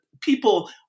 people